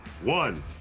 one